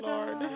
Lord